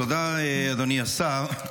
תודה, אדוני השר.